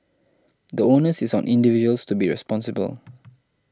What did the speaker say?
the onus is on individuals to be responsible